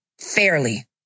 Fairly